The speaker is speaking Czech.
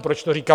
Proč to říkám?